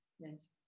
yes